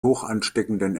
hochansteckenden